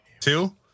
Two